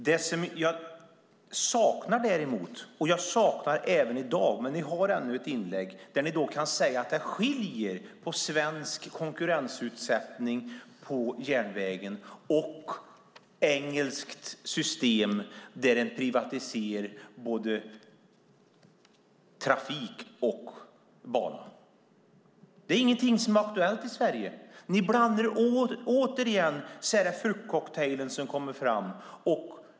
Det som jag däremot saknar, även i dag - men ni har ännu ett inlägg kvar - är att ni skulle medge att det är skillnad mellan svensk konkurrensutsättning på järnvägen och det engelska systemet, där man privatiserar både trafik och bana. Det är ingenting som är aktuellt i Sverige. Ni blandar återigen en fruktcocktail.